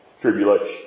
tribulation